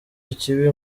ikibi